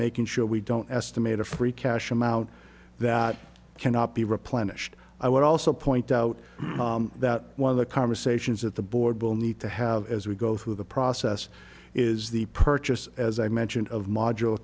making sure we don't estimate a free cash amount that cannot be replenished i would also point out that one of the conversations that the board will need to have as we go through the process is the purchase as i mentioned of modula